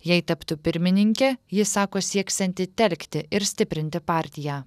jei taptų pirmininke ji sako sieksianti telkti ir stiprinti partiją